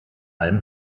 alm